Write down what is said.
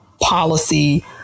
policy